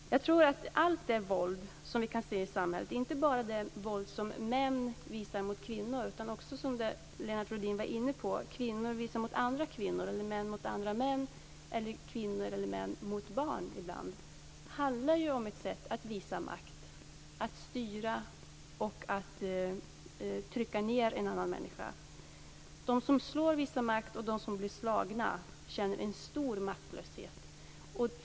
Jag tror att allt det våld som vi kan se i samhället - inte bara det våld som män visar mot kvinnor, utan också det som Lennart Rohdin var inne på; det våld som kvinnor visar mot andra kvinnor, män mot andra män och ibland kvinnor eller män mot barn - är ett sätt att visa makt. Det handlar om att styra och om att trycka ned en annan människa. De som slår visar makt och de som blir slagna känner en stor maktlöshet.